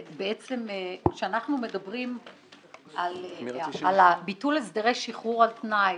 כשאנחנו מדברים על ביטול הסדרי שחרור על-תנאי